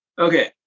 Okay